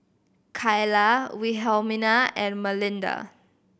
Kylah Wilhelmina and Malinda